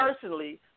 personally